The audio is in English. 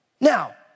Now